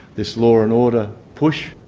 this law and order push.